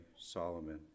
Solomon